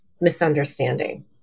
misunderstanding